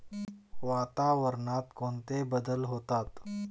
वातावरणात कोणते बदल होतात?